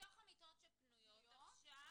מתוך המיטות שפנויות עכשיו?